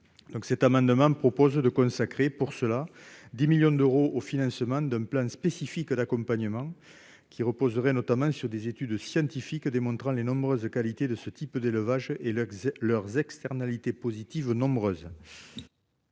cet amendement propose de consacrer pour cela 10 millions d'euros au financement d'un plan spécifique d'accompagnement qui reposerait notamment sur des études scientifiques démontrant les nombreuses qualités de ce type d'élevage et le leurs externalités positives nombreuses.